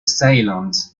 silent